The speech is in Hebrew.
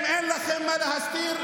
אם אין לכם מה להסתיר,